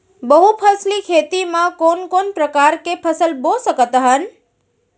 बहुफसली खेती मा कोन कोन प्रकार के फसल बो सकत हन?